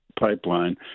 pipeline